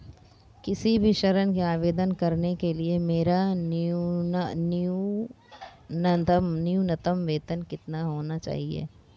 किसी भी ऋण के आवेदन करने के लिए मेरा न्यूनतम वेतन कितना होना चाहिए?